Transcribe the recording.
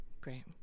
Great